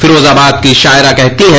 फिराजोबाद की शायरा कहती हैं